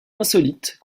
insolite